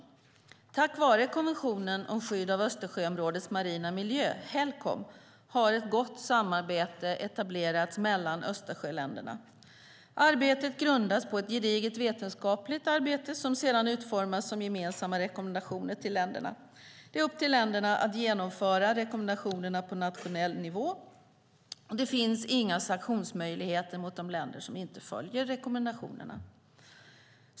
Tack vare konventionen om skydd av Östersjöområdets marina miljö, Helcom, har ett gott samarbete etablerats mellan Östersjöländerna. Arbetet grundas på ett gediget vetenskapligt arbete som sedan utformas som gemensamma rekommendationer till länderna. Det är upp till länderna att genomföra rekommendationerna på nationell nivå, och det finns inga sanktionsmöjligheter mot de länder som inte följer rekommendationerna.